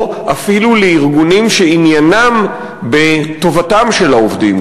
או אפילו לארגונים שעניינם בטובתם של העובדים,